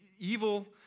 evil